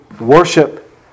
worship